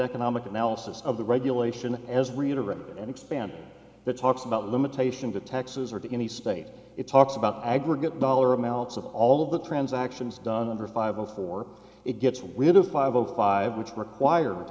economic analysis of the regulation as read over and expand that talks about limitation to taxes or to any state it talks about aggregate dollar amounts of all of the transactions done under five before it gets rid of five o five which require